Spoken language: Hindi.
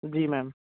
जी मैंम